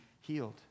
healed